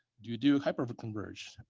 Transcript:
do you do a hyper-converged,